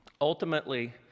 Ultimately